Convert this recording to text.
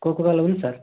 Coca Cola ఉంది sir